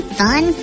fun